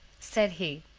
said he,